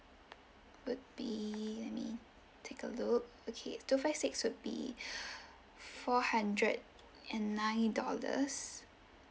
would be let me take a look okay two five six would be four hundred and nine dollars